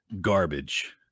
Garbage